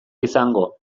izango